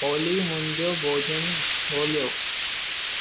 ओली मुंहिंजो भोजन ॻोल्हियो